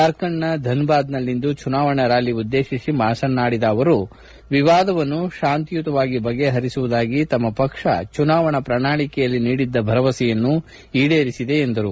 ಜಾರ್ಖಂಡ್ನ ಧನಬಾದ್ನಲ್ಲಿಂದು ಚುನಾವಣಾ ರ್ಕಾಲಿ ಉದ್ದೇಶಿಸಿ ಭಾಷಣ ಮಾಡಿದ ಅವರು ವಿವಾದವನ್ನು ಶಾಂತಿಯುತವಾಗಿ ಬಗೆಹರಿಸುವುದಾಗಿ ತಮ್ಮ ಪಕ್ಷ ಜುನಾವಣಾ ಪ್ರಣಾಳಿಕೆಯಲ್ಲಿ ನೀಡಿದ್ದ ಭರವಸೆಯನ್ನು ಈಡೇರಿಸಿದೆ ಎಂದು ತಿಳಿಸಿದರು